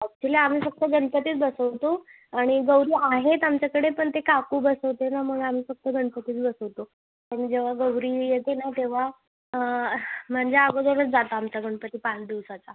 actually आम्ही फक्त गणपतीच बसवतो आणि गौरी आहेत आमच्याकडे पण ते काकू बसवते ना मग आम्ही फक्त गणपतीच बसवतो आणि जेव्हा गौरी येते ना तेव्हा म्हणजे अगोदरच जातो आमचा गणपती पाच दिवसाचा